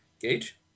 Gage